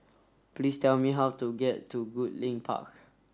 please tell me how to get to Goodlink Park